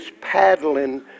paddling